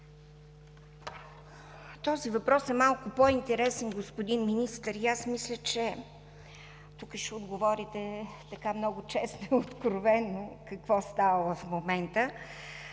Този въпрос е малко по-интересен, господин Министър, и мисля, че тук ще отговорите много честно и откровено какво става в момента.